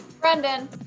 Brendan